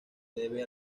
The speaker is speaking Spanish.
debe